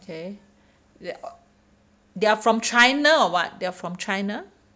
okay they uh they are from china or what they're from china